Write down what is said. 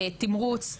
תמרוץ,